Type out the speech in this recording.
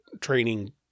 training